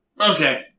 Okay